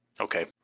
Okay